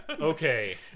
Okay